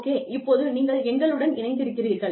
okay இப்போது நீங்கள் எங்களுடன் இணைந்திருக்கிறீர்கள்